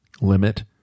limit